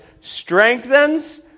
strengthens